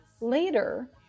later